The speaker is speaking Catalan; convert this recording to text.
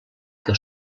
que